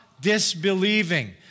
disbelieving